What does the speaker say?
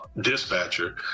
dispatcher